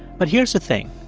but here's the thing.